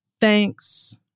Thanks